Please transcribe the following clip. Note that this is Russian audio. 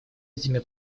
этими